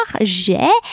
j'ai